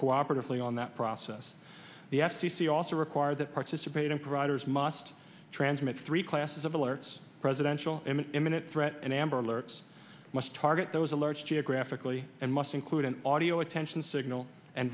cooperatively on that process the f c c also require that participating providers must transmit three classes of alerts presidential him an imminent threat and amber alerts must target those alerts geographically and must include an audio attention signal and